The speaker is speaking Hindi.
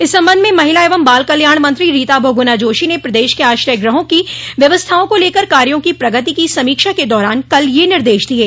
इस संबंध में महिला एवं बाल कल्याण मंत्री रीता बहुगुणा जोशी ने प्रदेश के आश्रय गृहों की व्यवस्थाओं को लेकर कार्यो की प्रगति की समीक्षा के दौरान कल यह निर्देश दिये